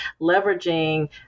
leveraging